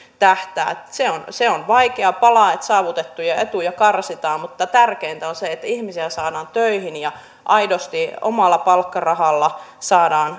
tähtäävät se se on vaikea pala että saavutettuja etuja karsitaan mutta tärkeintä on se että ihmisiä saadaan töihin ja aidosti omalla palkkarahallaan